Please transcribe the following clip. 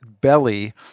belly